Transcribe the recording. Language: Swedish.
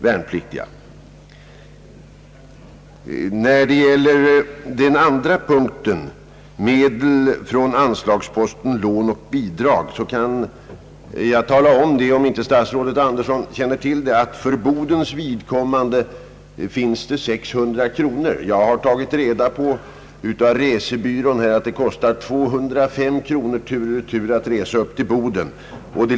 Vad gäller den andra möjligheten, medel från anslagsposten Lån och bidrag, kan jag tala om för statsrådet Andersson att för Bodens vidkommande finns det 600 kronor disponibla. Jag har tagit reda på av resebyrån att det kostar 205 kronor tur och retur att resa till Boden.